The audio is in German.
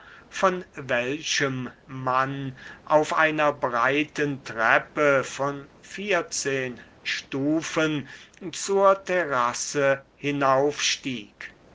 von welchem man auf einer breiten treppe von vierzehn stufen zur terrasse hinauf